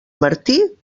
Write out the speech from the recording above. martí